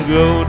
go